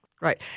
Right